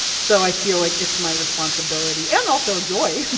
so i feel like it's my responsibility and also joy.